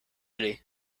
city